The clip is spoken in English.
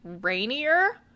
rainier